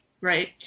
Right